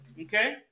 Okay